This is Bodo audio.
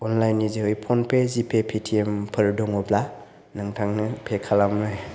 अनलाइन नि जोहै फ'नपे जिपे पेटिएम फोर दङब्ला नोंथांनो पे खालामनो